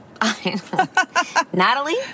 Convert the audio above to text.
Natalie